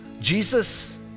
Jesus